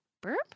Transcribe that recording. burp